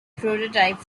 prototype